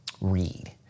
read